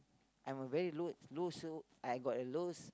I'm a very low low soul I got a low